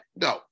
No